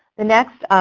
the next